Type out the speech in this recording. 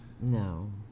No